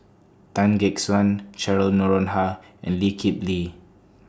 Tan Gek Suan Cheryl Noronha and Lee Kip Lee